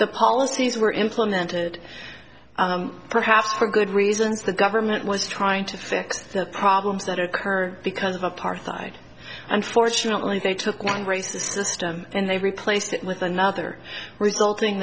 the policies were implemented perhaps for good reasons the government was trying to fix the problems that occur because of apartheid unfortunately they took one race the system and they replaced it with another resulting